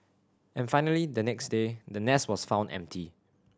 and finally the next day the nest was found empty